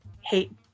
hate